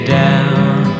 down